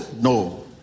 No